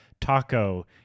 taco